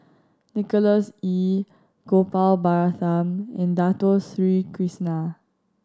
Nicholas Ee Gopal Baratham and Dato Sri Krishna